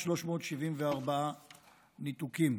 374 ניתוקים.